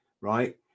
right